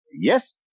Yes